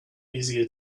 easier